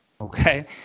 Okay